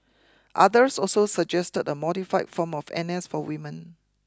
others also suggested a modified form of N S for women